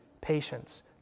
patience